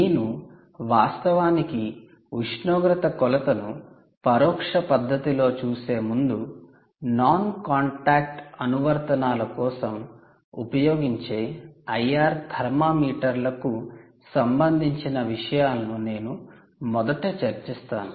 నేను వాస్తవానికి ఉష్ణోగ్రత కొలతను పరోక్ష పద్ధతిలో చూసే ముందు నాన్ కాంటాక్ట్ అనువర్తనాల కోసం ఉపయోగించే IR థర్మామీటర్లకు సంబంధించిన విషయాలను నేను మొదట చర్చిస్తాను